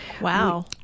Wow